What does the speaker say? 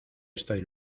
estoy